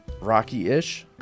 Rocky-ish